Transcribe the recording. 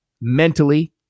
mentally